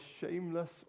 shameless